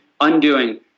undoing